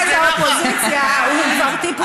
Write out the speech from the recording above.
ומרכז האופוזיציה הוא כבר טיפוס אחר.